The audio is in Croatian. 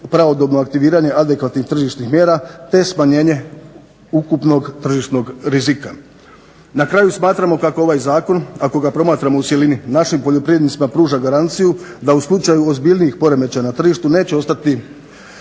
pravodobno aktiviranje adekvatnih tržišnih mjera, te smanjenje ukupnog tržišnog rizika. Na kraju smatramo kako ovaj zakon ako ga promatramo u cjelini našim poljoprivrednicima pruža garanciju da u slučaju ozbiljnijih poremećaja na tržištu neće ostati